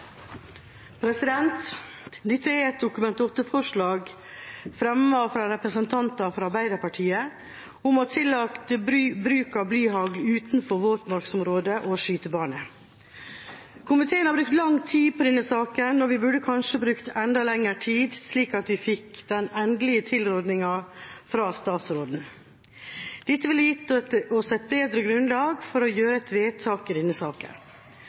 et Dokument 8-forslag fremmet av representanter fra Arbeiderpartiet om å tillate bruk av blyhagl utenfor våtmarksområder og skytebaner. Komiteen har brukt lang tid på denne saken, og vi burde kanskje brukt enda lengre tid, slik at vi fikk den endelige tilrådinga fra statsråden. Dette ville gitt oss et bedre grunnlag for å gjøre et vedtak i denne saken.